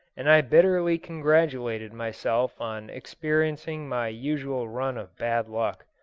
and i bitterly congratulated myself on experiencing my usual run of bad luck.